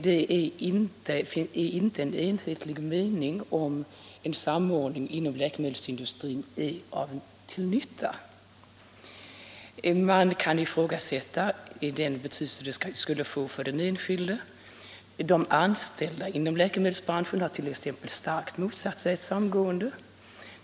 Det råder inte någon enhällig mening om att en samordning inom läkemedelsindustrin är till nytta. Man kan ifrågasätta den betydelse ett samgående skulle få för den enskilde. De anställda inom läkemedelsbranschen hart.ex. starkt motsatt sig ett samgående.